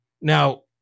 now